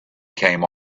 came